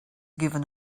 given